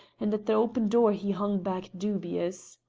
and at the open door he hung back dubious.